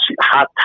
hot